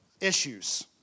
issues